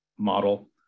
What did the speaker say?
model